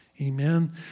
Amen